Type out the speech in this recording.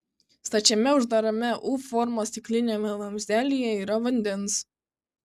stačiame uždarame u formos stikliniame vamzdelyje yra vandens